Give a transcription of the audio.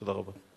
תודה רבה.